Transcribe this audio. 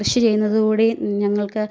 കൃഷി ചെയ്യുന്നത് കൂടി ഞങ്ങൾക്ക്